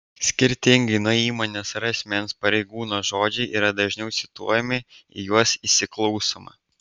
skirtingai nuo įmonės ar asmens pareigūno žodžiai yra dažniau cituojami į juos įsiklausoma